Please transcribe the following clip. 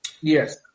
Yes